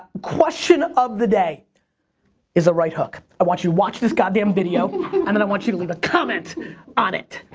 question of the day is a right hook. i want you to watch this goddamn video and then i want you to leave a comment on it.